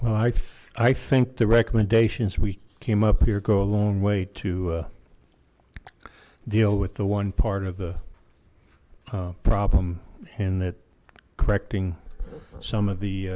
well i i think the recommendations we came up here go a long way to deal with the one part of the problem in that correcting some of the